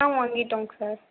வாங்கிட்டோம்ங்க sir